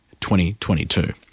2022